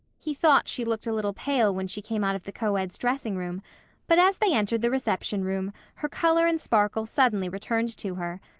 he thought she looked a little pale when she came out of the coeds' dressing room but as they entered the reception room her color and sparkle suddenly returned to her.